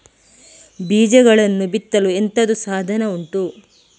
ಬೀಜಗಳನ್ನು ಬಿತ್ತಲು ಎಂತದು ಸಾಧನ ಉಂಟು?